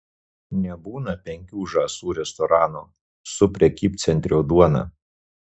nebūna penkių žąsų restorano su prekybcentrio duona